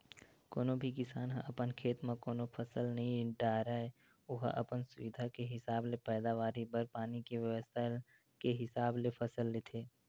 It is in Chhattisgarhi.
कोनो भी किसान ह अपन खेत म कोनो फसल नइ डारय ओहा अपन सुबिधा के हिसाब ले पैदावारी बर पानी के बेवस्था के हिसाब ले फसल लेथे